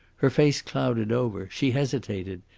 her face clouded over. she hesitated.